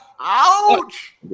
Ouch